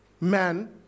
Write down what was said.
man